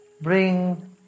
Bring